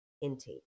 intake